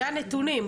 זה הנתונים,